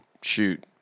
shoot